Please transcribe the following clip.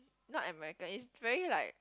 not American is very like